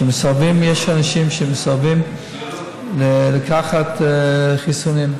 יש אנשים שמסרבים לקבל חיסונים.